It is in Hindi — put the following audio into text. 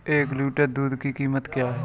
एक लीटर दूध की कीमत क्या है?